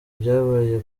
byabaye